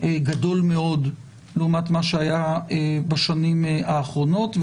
גדול מאוד לעומת מה שהיה בשנים האחרונות.